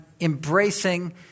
embracing